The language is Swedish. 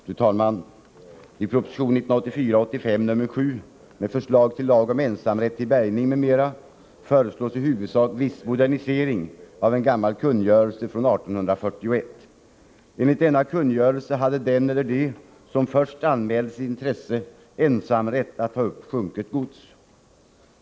Fru talman! I proposition 1984/85:7 med förslag till lag om ensamrätt till bärgning m.m. föreslås i huvudsak viss modernisering av en gammal kungörelse från 1841. Enligt denna kungörelse hade den eller de som först anmälde sitt intresse ensamrätt att ta upp sjunket gods.